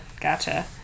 gotcha